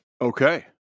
Okay